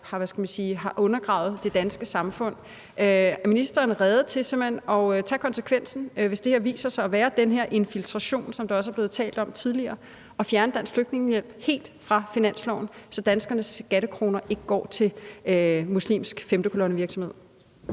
har undergravet det danske samfund, er ministeren så rede til simpelt hen at tage konsekvensen, altså til, hvis der her viser sig at være tale om den her infiltration, som der også er blevet talt om tidligere, at fjerne Dansk Flygtningehjælp helt fra finansloven, så danskernes skattekroner ikke går til muslimsk femtekolonnevirksomhed?